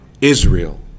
Israel